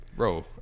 Bro